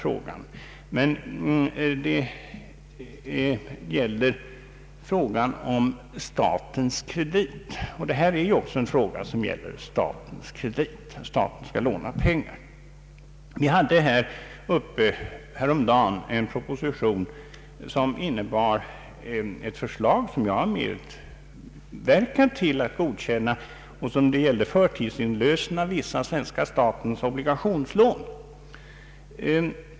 Jag syftar på frågan om statens kredit, som också detta utlåtande rör sig om, nämligen att staten skall låna pengar. Vi hade häromdagen till behandling en proposition som innebar ett förslag som jag själv medverkat till att godkänna. Den gällde förtidsinlösen av vissa svenska statens obligationslån.